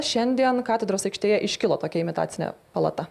šiandien katedros aikštėje iškilo tokia imitacinė palata